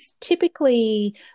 typically